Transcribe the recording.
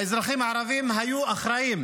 האזרחים הערבים היו אחראים